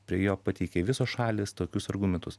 prie jo pateikė visos šalys tokius argumentus